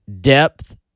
depth